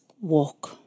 walk